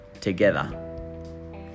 together